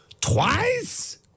twice